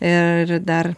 ir dar